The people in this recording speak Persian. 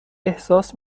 احساس